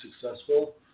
successful